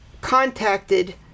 contacted